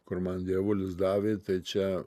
kur man dievulis davė tai čia